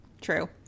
True